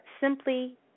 Simply